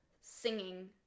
singing